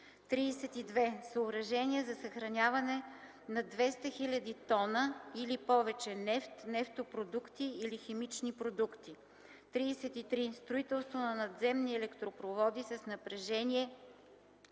32. Съоръжения за съхраняване на 200 000 т или повече нефт, нефтопродукти или химични продукти. 33. Строителство на надземни електропроводи с напрежение